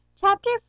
Chapter